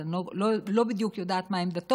אז אני לא בדיוק יודעת מה עמדתו.